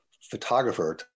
photographer